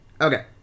Okay